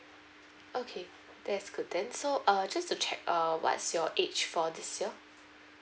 okay that's good then so uh just to check uh what's your age for this year